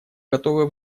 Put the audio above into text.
готовы